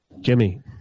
Jimmy